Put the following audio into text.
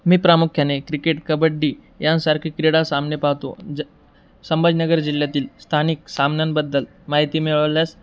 मी प्रामुख्याने क्रिकेट कबड्डी यांसारखे क्रीडा सामने पाहतो ज संभाजनगर जिल्ह्यातील स्थानिक सामनांबद्दल माहिती मिळल्यास